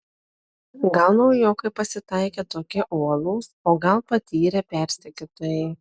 gal naujokai pasitaikė tokie uolūs o gal patyrę persekiotojai